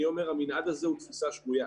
אני אומר שהמנעד הזה הוא תפיסה שגויה.